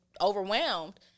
overwhelmed